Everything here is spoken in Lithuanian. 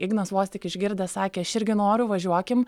ignas vos tik išgirdęs sakė aš irgi noriu važiuokim